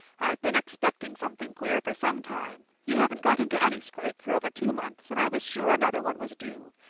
i've been expecting something queer for some time. you haven't got into any scrape for over two months, and i was sure another one was due.